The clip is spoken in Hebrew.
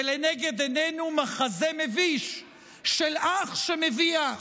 ולנגד עינינו מחזה מביש של אח שמביא אח.